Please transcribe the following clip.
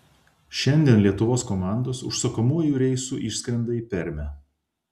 šiandien lietuvos komandos užsakomuoju reisu išskrenda į permę